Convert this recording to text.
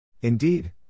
Indeed